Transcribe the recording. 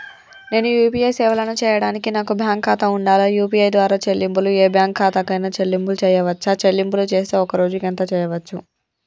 నేను యూ.పీ.ఐ సేవలను చేయడానికి నాకు బ్యాంక్ ఖాతా ఉండాలా? యూ.పీ.ఐ ద్వారా చెల్లింపులు ఏ బ్యాంక్ ఖాతా కైనా చెల్లింపులు చేయవచ్చా? చెల్లింపులు చేస్తే ఒక్క రోజుకు ఎంత చేయవచ్చు?